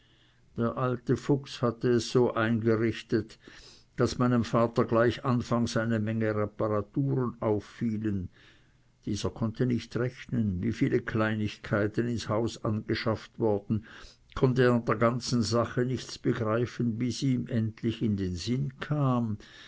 der alte fuchs hatte es so eingerichtet daß meinem vater gleich anfangs eine menge reparaturen auffielen dieser konnte nicht rechnen wie viele kleinigkeiten ins haus angeschafft worden konnte an der ganzen sache nichts begreifen bis ihm endlich in sinn kam